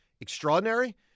extraordinary